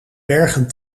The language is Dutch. bergen